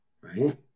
right